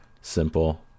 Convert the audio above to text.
simple